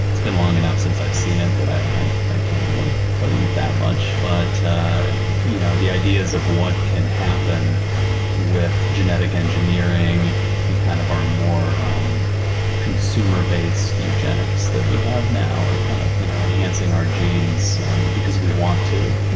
it's been long enough since i've seen it that i can't really tell you that much, but you know the ideas of what can happen with genetic engineering and kind of our more um consumer-based eugenics that we have now, or kind of you know enhancing our genes because we want to,